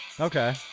Okay